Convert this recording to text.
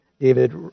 David